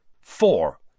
Four